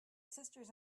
sisters